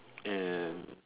and